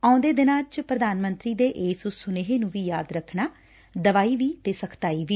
ਆਉਂਦੇ ਦਿਨਾਂ 'ਚ ਪ੍ਰਧਾਨ ਮੰਤਰੀ ਦੇ ਇਸ ਸੁਨੇਹੇ ਨੂੰ ਵੀ ਯਾਦ ਰੱਖਣਾ ਦਵਾਈ ਵੀ ਤੇ ਸਖਤਾਈ ਵੀ